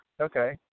okay